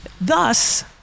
Thus